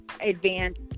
advanced